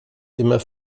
immer